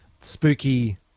spooky